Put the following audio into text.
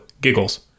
giggles